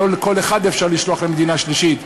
לא כל אחד אפשר לשלוח למדינה שלישית,